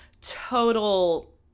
total